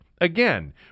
again